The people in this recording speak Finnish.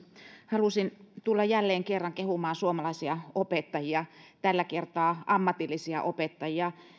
halusin tulla jälleen kerran kehumaan suomalaisia opettajia tällä kertaa ammatillisia opettajia